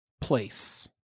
Place